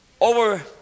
over